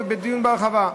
ודיון בהרחבה,